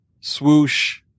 swoosh